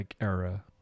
era